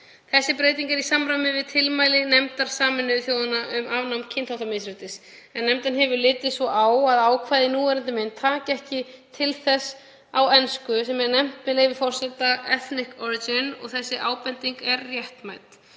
Breytingin er í samræmi við tilmæli nefndar Sameinuðu þjóðanna um afnám kynþáttamisréttis en nefndin hefur litið svo á að ákvæðið í núverandi mynd taki ekki til þess á ensku sem er nefnt, með leyfi forseta, „ethnic origin“ og sú ábending er réttmæt.